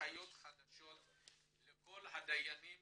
הנחיות חדשות לכל הדיינים